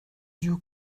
duo